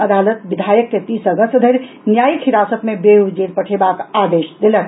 अदालत विधायक के तीस अगस्त धरि न्यायिक हिरासत मे बेऊर जेल पठेबाक आदेश देलक